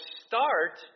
start